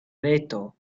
veto